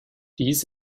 dies